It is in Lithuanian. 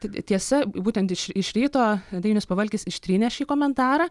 tai tiesa būtent iš iš ryto dainius pavalkis ištrynė šį komentarą